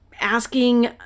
asking